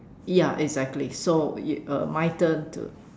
ya exactly so uh my turn to